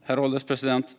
Herr ålderspresident!